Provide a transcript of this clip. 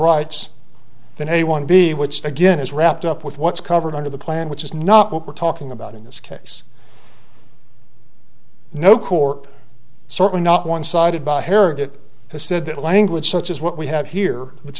rights than a one b which again is wrapped up with what's covered under the plan which is not what we're talking about in this case no court certainly not one sided by heritage has said that language such as what we have here which